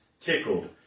tickled